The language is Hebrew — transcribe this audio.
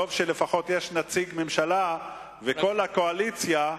טוב שלפחות יש נציג ממשלה, וכל הקואליציה,